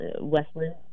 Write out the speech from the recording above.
Westland